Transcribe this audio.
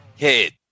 head